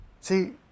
See